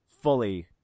fully